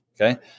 Okay